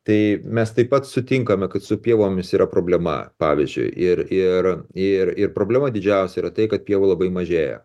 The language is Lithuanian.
tai mes taip pat sutinkame kad su pievomis yra problema pavyzdžiui ir ir ir ir problema didžiausia yra tai kad pievų labai mažėja